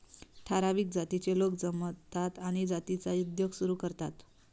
ठराविक जातीचे लोक जमतात आणि जातीचा उद्योग सुरू करतात